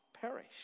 perish